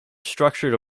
structured